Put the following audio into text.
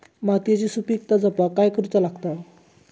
मातीयेची सुपीकता जपाक काय करूचा लागता?